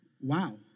wow